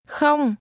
Không